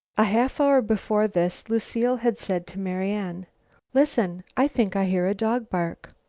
a half hour before this lucile had said to marian listen, i think i hear a dog bark.